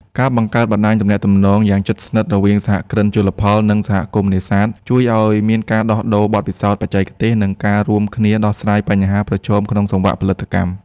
ការបង្កើតបណ្ដាញទំនាក់ទំនងយ៉ាងជិតស្និទ្ធរវាងសហគ្រិនជលផល និងសហគមន៍នេសាទ ជួយឱ្យមានការដោះដូរបទពិសោធន៍បច្ចេកទេស និងការរួមគ្នាដោះស្រាយបញ្ហាប្រឈមក្នុងសង្វាក់ផលិតកម្ម។